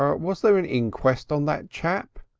um was there an inquest on that chap?